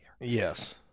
Yes